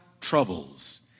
troubles